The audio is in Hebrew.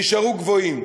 נשארו גבוהים.